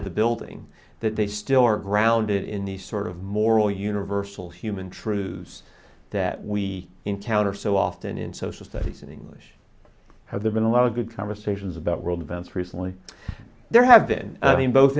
of the building that they still are grounded in the sort of moral universal human truce that we encounter so often in social studies and english have there been a lot of good conversations about world events recently there have been